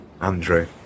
Andrew